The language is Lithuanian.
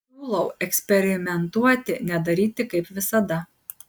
siūlau eksperimentuoti nedaryti kaip visada